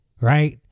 right